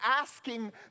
asking